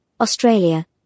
Australia